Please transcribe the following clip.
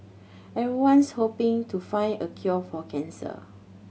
everyone's hoping to find a cure for cancer